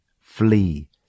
Flee